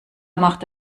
machte